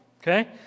Okay